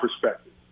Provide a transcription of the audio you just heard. perspective